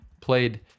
played